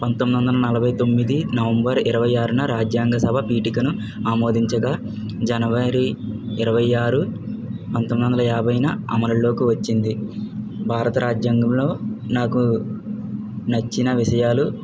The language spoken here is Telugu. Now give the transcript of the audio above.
పంతొమ్మిది వందల నలభై తొమ్మిది నవంబర్ ఇరవై ఆరున రాజ్యాంగ సభ పీఠికను ఆమోదించగా జనవరి ఇరవై ఆరు పంతొమ్మిది వందల యాభైన అమలులోకి వచ్చింది భారత రాజ్యాంగంలో నాకు నచ్చిన విషయాలు